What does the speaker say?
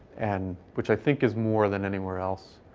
and which i think is more than anywhere else.